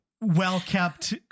well-kept